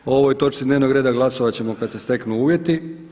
O ovoj točci dnevnog reda glasovat ćemo kad se steknu uvjeti.